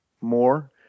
more